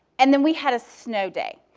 and then we had a snow day.